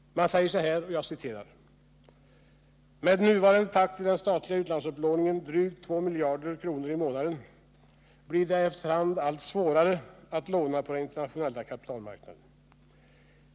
Man säger så här: ”Med nuvarande takt i den statliga utlandsupplåningen, drygt 2 miljarder kr. i månaden, blir det efterhand allt svårare att låna på de internationella kapitalmarknaderna.